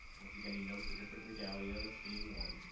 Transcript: once again, you note the different regalia that's being worn.